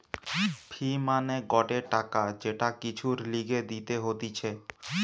ফি মানে গটে টাকা যেটা কিছুর লিগে দিতে হতিছে